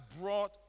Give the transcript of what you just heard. brought